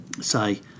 say